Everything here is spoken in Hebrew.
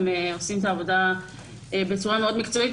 והם עושים את העבודה באופן מאוד מקצועי.